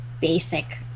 basic